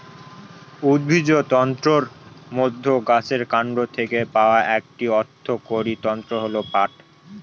উদ্ভিজ্জ তন্তুর মধ্যে গাছের কান্ড থেকে পাওয়া একটি অর্থকরী তন্তু হল পাট